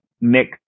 mix